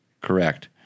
correct